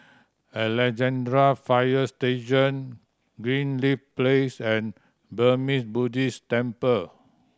Alexandra Fire Station Greenleaf Place and Burmese Buddhist Temple